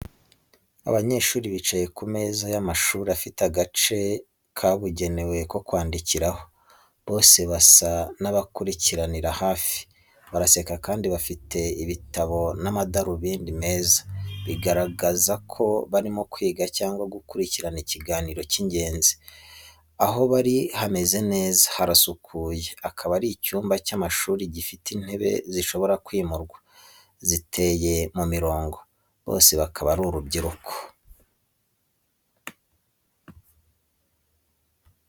Abanyeshuri bicaye ku meza y’amashuri afite agace kabugenewe ko kwandikiraho, bose basa n’abakurikiranira hafi, baraseka kandi bafite ibitabo n'amadarubindi ku meza, bigaragaza ko barimo kwiga cyangwa gukurikirana ikiganiro cy’ingenzi. Aho bari hameze neza, harasukuye akaba ari icyumba cy’amashuri gifite intebe zishobora kwimurwa, ziteye mu mirongo. Bose bakaba ari urubyiruko.